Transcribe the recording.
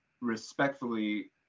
respectfully